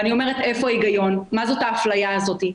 אני אומרת איפה ההיגיון, מה זאת האפליה הזאת.